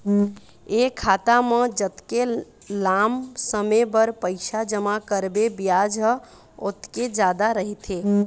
ए खाता म जतके लाम समे बर पइसा जमा करबे बियाज ह ओतके जादा रहिथे